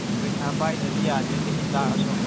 ꯑꯍꯦ ꯄꯩꯁꯥ ꯄꯥꯏꯗ꯭ꯔꯗꯤ ꯌꯥꯗ꯭ꯔꯦꯅꯦ ꯏꯠ ꯂꯥꯛꯑꯁꯨ